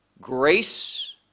grace